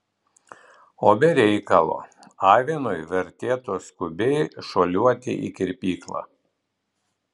o be reikalo avinui vertėtų skubiai šuoliuoti į kirpyklą